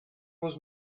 was